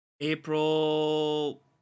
April